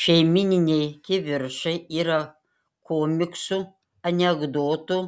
šeimyniniai kivirčai yra komiksų anekdotų